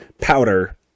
powder